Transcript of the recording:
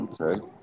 Okay